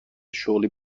شغلی